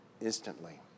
instantly